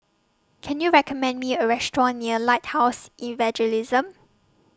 Can YOU recommend Me A Restaurant near Lighthouse Evangelism